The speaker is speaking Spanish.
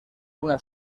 una